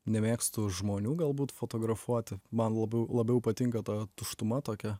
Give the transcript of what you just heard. nemėgstu žmonių galbūt fotografuoti man labiau labiau patinka ta tuštuma tokia